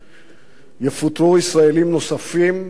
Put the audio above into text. יפוטרו ישראלים נוספים מעבודתם.